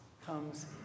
comes